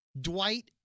Dwight